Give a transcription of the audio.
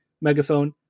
Megaphone